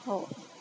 हो